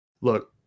look